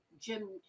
Jim